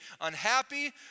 unhappy